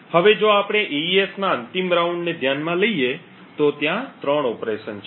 હવે જો આપણે એઇએસ ના અંતિમ રાઉન્ડને ધ્યાનમાં લઈએ તો ત્યાં 3 ઓપરેશન છે